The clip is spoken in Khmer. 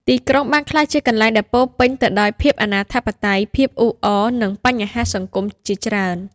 ទីក្រុងបានក្លាយជាកន្លែងដែលពោរពេញទៅដោយភាពអនាធិបតេយ្យ ភាពអ៊ូអរ និងបញ្ហាសង្គមជាច្រើន។